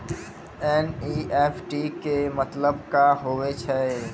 NEFT के मतलब का होव हेय?